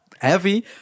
heavy